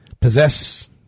possess